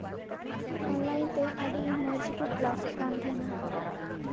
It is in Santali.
ᱚᱱᱞᱟᱭᱤᱱ ᱛᱮ ᱟᱹᱰᱤ ᱢᱚᱡᱽ ᱜᱮᱠᱚ ᱠᱞᱟᱥᱮᱫ ᱠᱟᱱ ᱛᱟᱦᱮᱱᱟ